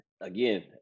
Again